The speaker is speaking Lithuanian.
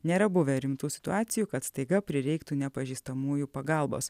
nėra buvę rimtų situacijų kad staiga prireiktų nepažįstamųjų pagalbos